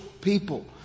people